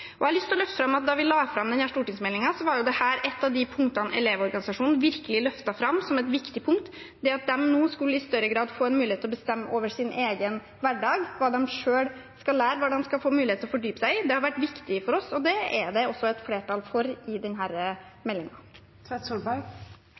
Jeg har lyst til å løfte fram at da vi la fram denne stortingsmeldingen, var dette et av de punktene Elevorganisasjonen virkelig løftet fram som et viktig punkt. Det at de nå i større grad skulle få en mulighet til å bestemme over sin egen hverdag, hva de selv skal lære, hva de skal få mulighet til å fordype seg i, har vært viktig for oss, og det er det også flertall for. Jeg ble litt overrasket, og det ble også Lied-utvalget selv, over de føringene regjeringa la i